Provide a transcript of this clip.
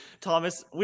Thomas